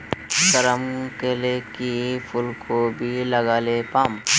गरम कले की फूलकोबी लगाले पाम?